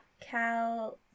Cal-